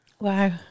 Wow